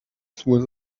through